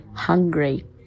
hungry